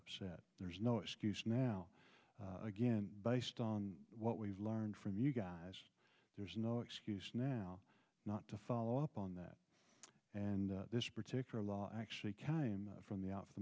upset there's no excuse now again based on what we've learned from you guys there's no excuse now not to follow up on that and this particular law actually came from the out